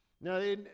Now